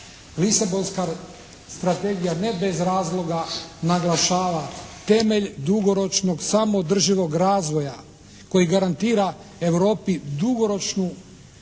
Lisabonska strategija ne bez razloga naglašava temelj dugoročnog samo održivog razvoja koji garantira Europi dugoročnu